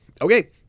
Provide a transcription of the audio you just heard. Okay